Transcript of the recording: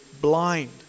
blind